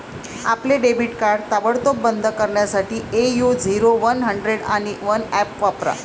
आपले debit card ताबडतोब बंद करण्यासाठी ए.यू झिरो वन हंड्रेड आणि वन ऍप वापरा